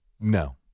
No